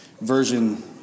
version